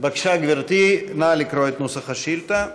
בבקשה, גברתי, נא לקרוא את נוסח השאילתה.